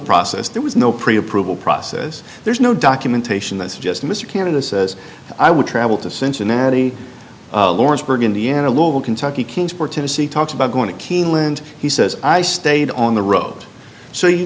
process there was no pre approval process there's no documentation that's just mr canada says i would travel to cincinnati lawrenceburg indiana lobel kentucky kingsport tennessee talks about going to keeneland he says i stayed on the road so you